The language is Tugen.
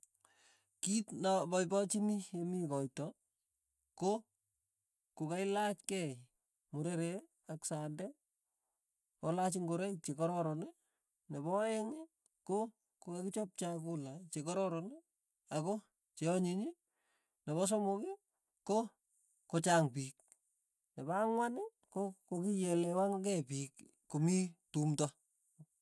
Kit na paipachini yemii koito, ko kokailach kei murere ak sande kolany ngoroik chekararan, nepo aeng' ko kokakichap chakula chekororon ako cheanyiny, nepo somok ko kochang pik, nepo ang'wan ko kokielewankei piik komii tumto.